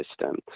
system